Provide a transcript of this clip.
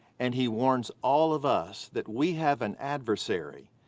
and he warns all of us, that we have an adversary.